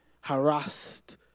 harassed